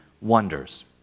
wonders